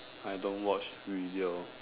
I don't watch video